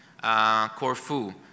Corfu